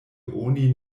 oni